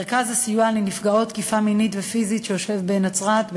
אל המרכז לסיוע לנפגעות תקיפה מינית ופיזית שנמצא בנצרת,